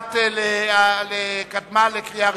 נתקבלה.